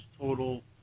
total